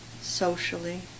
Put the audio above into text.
socially